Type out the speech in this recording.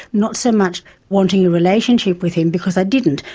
not so much wanting a relationship with him, because i didn't,